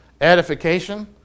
edification